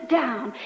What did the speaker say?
down